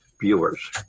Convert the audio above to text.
viewers